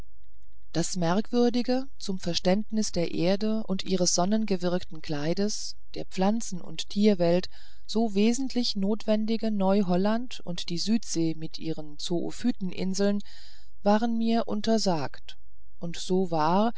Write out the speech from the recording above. das merkwürdige zum verständnis er erde und ihres sonnengewirkten kleides der pflanzen und tierwelt so wesentlich notwendige neuholland und die südsee mit ihren zoophyten inseln waren mir untersagt und so war